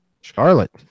Charlotte